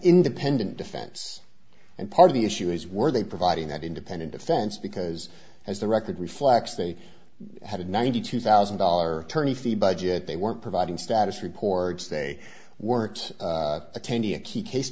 independent defense and part of the issue is were they providing that independent defense because as the record reflects they had ninety two thousand dollar tourney fee budget they weren't providing status reports they weren't attending a key case